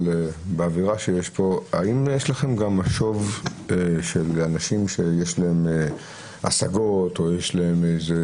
אבל באווירה שיש פה: האם יש לכם משוב של אנשים שיש להם השגות או תלונות,